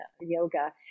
yoga